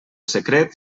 secret